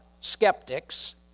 skeptics